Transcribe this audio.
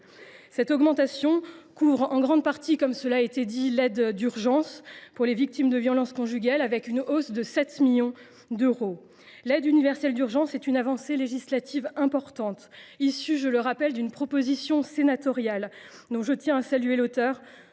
Cette augmentation couvre en grande partie l’aide universelle d’urgence pour les victimes de violences conjugales, qui est en hausse de 7 millions d’euros. L’aide universelle d’urgence est une avancée législative importante, qui résulte, je le rappelle, d’une proposition de loi sénatoriale, dont je tiens à saluer l’auteure,